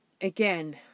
again